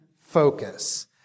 focus